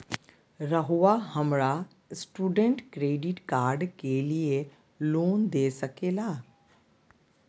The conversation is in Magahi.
रहुआ हमरा स्टूडेंट क्रेडिट कार्ड के लिए लोन दे सके ला?